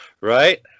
Right